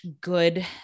good